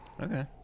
Okay